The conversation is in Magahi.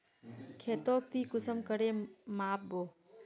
खेतोक ती कुंसम करे माप बो?